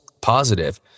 positive